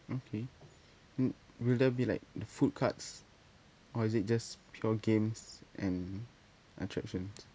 okay w~ will there be like the food cards or is it just pure games and attractions